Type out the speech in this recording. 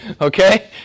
Okay